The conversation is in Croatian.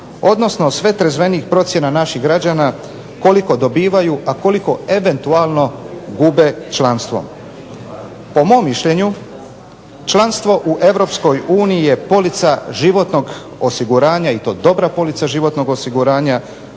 odnosno sve trezvenijih procjena naših građana koliko dobivaju, a koliko eventualno gube članstvom. Po mom mišljenju članstvo u Europskoj uniji je polica životnog osiguranja i to dobra polica životnog osiguranja